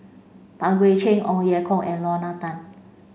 Pang Guek Cheng Ong Ye Kung and Lorna Tan